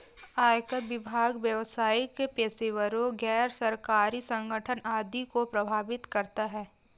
आयकर विभाग व्यावसायिक पेशेवरों, गैर सरकारी संगठन आदि को प्रभावित करता है